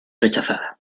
rechazada